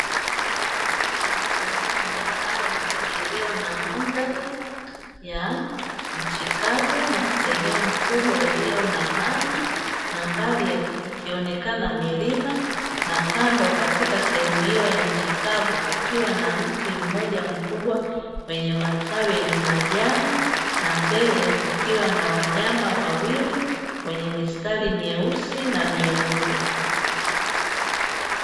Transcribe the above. Sehemu ya ardhi iliyo na mandhari ya nchi kavu na sehemu kubwa iliyo na maji na mbali, ikionekana milima na kando katika sehemu hiyo ya nchi kavu kukiwa na mti mmoja mkubwa wenye matawi yenye majani na mbele kukiwa na wanyama wawili wenye mistari mweusi na mweupe.